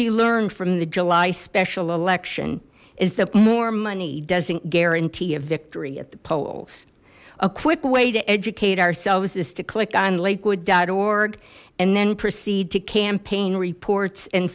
be learned from the july special election is that more money doesn't guarantee a victory at the polls a quick way to educate ourselves is to click on liquid org and then proceed to campaign reports and